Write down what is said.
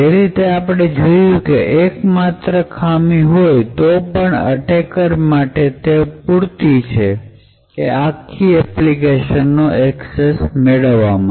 જે રીતે આપણે જોયું કે એક માત્ર ખામી હોય તો પણ અટેકર માટે તે પૂરતી છે આખી એપ્લિકેશનનો ઍક્સેસ કરવા માટે